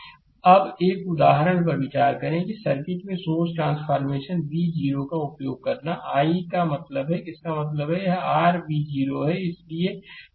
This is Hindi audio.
स्लाइड समय देखें 0821 अब एक उदाहरण पर विचार करें कि सर्किट में सोर्स ट्रांसफॉरमेशन v 0 का उपयोग करना I मतलब है कि इसका मतलब यह है कि यह r v 0 है